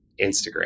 Instagram